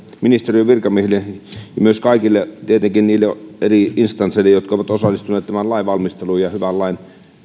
ministeriön virkamiehille ja tietenkin myös kaikille niille eri instansseille jotka ovat osallistuneet tämän lain valmisteluun ja hyvän lain